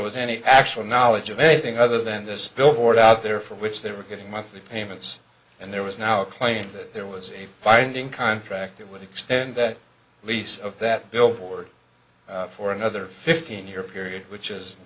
was any actual knowledge of anything other than this billboard out there for which they were getting my fee payments and there was now a claim that there was a binding contract that would extend that lease of that billboard for another fifteen year period which is